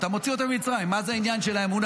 אתה מוציא אותם ממצרים, מה זה העניין של האמונה?